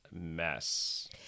mess